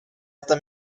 äta